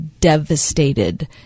devastated